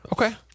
Okay